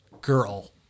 girl